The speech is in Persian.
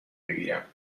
بگیرم